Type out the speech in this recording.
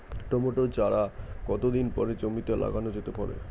Tomato চারা কতো দিন পরে জমিতে লাগানো যেতে পারে?